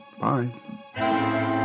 Bye